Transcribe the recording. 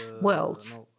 worlds